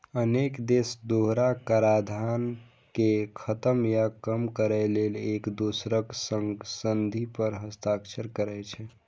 अनेक देश दोहरा कराधान कें खत्म या कम करै लेल एक दोसरक संग संधि पर हस्ताक्षर करै छै